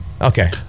Okay